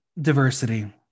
Diversity